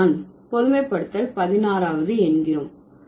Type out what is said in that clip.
இதைத்தான் பொதுமைப்படுத்தல் பதினாறாவது என்கிறோம்